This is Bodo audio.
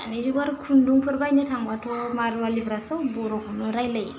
दानि जुगाव आरो खुन्दुंफोर बायनो थांबाथ' मारुवालिफ्रा सब बर'खौनो रायलायो